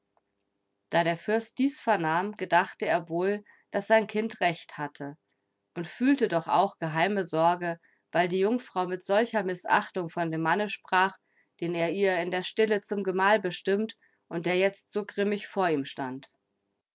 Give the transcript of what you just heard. da der fürst dies vernahm gedachte er wohl daß sein kind recht hatte und fühlte doch auch geheime sorge weil die jungfrau mit solcher mißachtung von dem manne sprach den er ihr in der stille zum gemahl bestimmt und der jetzt so grimmig vor ihm stand